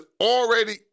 already